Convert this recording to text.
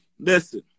Listen